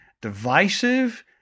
divisive